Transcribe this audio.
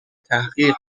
تحقیق